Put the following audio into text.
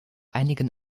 einigen